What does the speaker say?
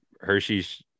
Hershey's